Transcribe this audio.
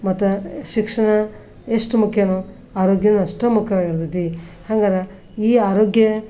ಮತ್ತು ಶಿಕ್ಷಣ ಎಷ್ಟು ಮುಖ್ಯವೋ ಆರೋಗ್ಯವೂ ಅಷ್ಟೇ ಮುಖ್ಯವಾಗಿರ್ತೈತಿ ಹಂಗಾರೆ ಈ ಆರೋಗ್ಯ